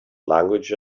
language